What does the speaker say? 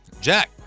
Jack